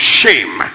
shame